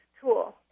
tool